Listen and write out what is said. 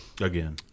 again